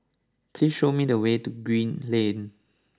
please show me the way to Green Lane